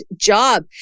job